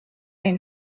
une